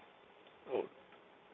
oh